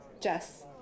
Jess